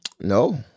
No